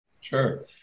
Sure